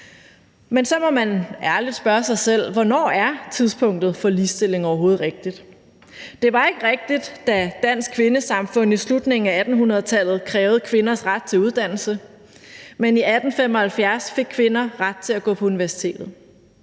Men så må man ærligt spørge sig selv: Hvornår er tidspunktet for ligestilling overhovedet rigtigt? Det var ikke rigtigt, da Dansk Kvindesamfund i slutningen af 1800-tallet krævede kvinders ret til uddannelse, men i 1875 fik kvinder ret til at gå på universitetet.